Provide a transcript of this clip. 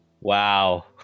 wow